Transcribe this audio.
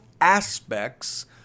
aspects